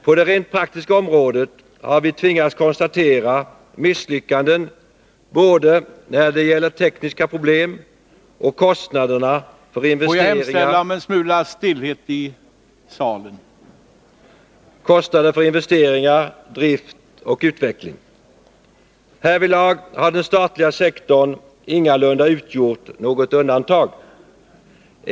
På det rent praktiska området har vi tvingats konstatera misslyckanden både när det gäller tekniska problem och kostnader för investeringar, drift och utveckling. Härvidlag har den statliga sektorn ingalunda utgjort något undantag.